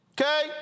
Okay